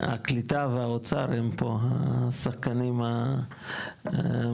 הקליטה והאוצר הם פה השחקנים המשמעותיים.